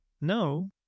no